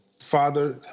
Father